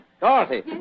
Dorothy